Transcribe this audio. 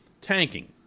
tanking